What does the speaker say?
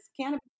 cannabis